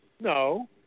no